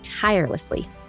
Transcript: tirelessly